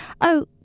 Oh